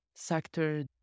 sector